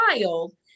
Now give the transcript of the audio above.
child